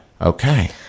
Okay